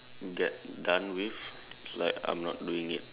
get done with is like I'm not doing it